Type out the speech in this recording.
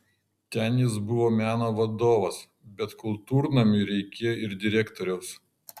ten jis buvo meno vadovas bet kultūrnamiui reikėjo ir direktoriaus